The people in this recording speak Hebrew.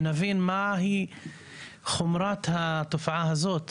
שנבין מהי חומרת התופעה הזאת